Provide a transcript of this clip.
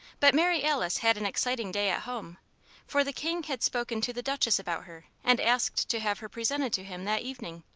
but mary alice had an exciting day at home for the king had spoken to the duchess about her and asked to have her presented to him that evening.